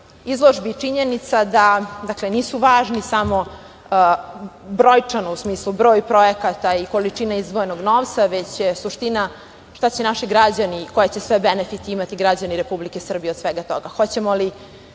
izložbi, činjenica da nisu važni samo brojčano, u smislu broj projekata i količine izdvojenog novca, već je suština šta će naši građani i koje će sve benefite imati građani Republike Srbije od svega toga.